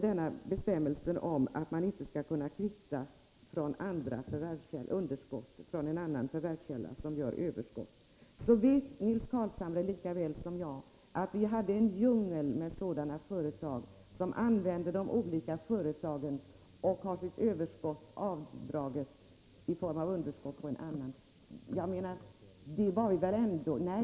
Innan vi fick bestämmelsen om att man inte skall kunna kvitta underskott i en förvärvskälla mot överskott i en annan hade vi ju — och det vet Nils Carlshamre lika bra som jag — en djungel av olika företag, där underskott och överskott i företagen kvittades mot varandra.